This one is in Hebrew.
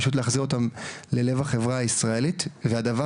פשוט להחזיר אותם ללב החברה הישראלית והדבר